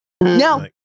No